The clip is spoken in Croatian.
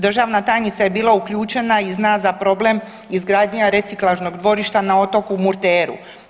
Državna tajnica je bila uključena i zna za problem izgradnje reciklažnog dvorišta na otoku Murteru.